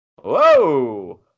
Whoa